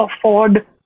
afford